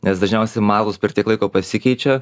nes dažniausiai mados per tiek laiko pasikeičia